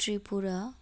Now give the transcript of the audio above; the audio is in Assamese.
ত্ৰিপুৰা